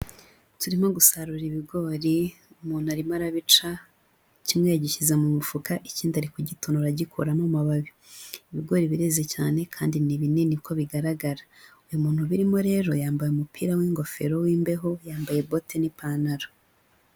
Turimo gusarura ibigori umuntu arimo arabica kimwe yagishyize mu mufuka ikindi arikugitonora agikuraho amababi. Ibigori bireze cyane kandi ni binini uko bigaragara. Umuntu ubirimo rero yambaye umupira w'ingofero w'imbeho. Yambaye bote n'ipantara.